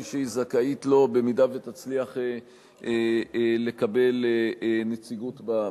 שהיא זכאית לו אם תצליח לקבל נציגות בכנסת.